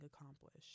accomplished